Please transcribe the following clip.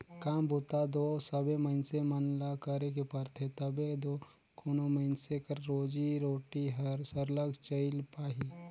काम बूता दो सबे मइनसे मन ल करे ले परथे तबे दो कोनो मइनसे कर रोजी रोटी हर सरलग चइल पाही